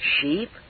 sheep